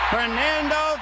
Fernando